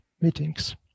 meetings